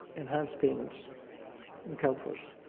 enhanced payments and calpers.